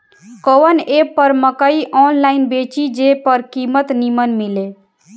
कवन एप पर मकई आनलाइन बेची जे पर कीमत नीमन मिले?